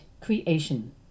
creation